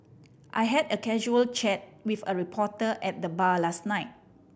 I had a casual chat with a reporter at the bar last night